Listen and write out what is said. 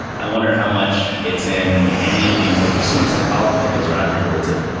i wonder how much it's in any of these like there's so much psychology that goes around here where it's like,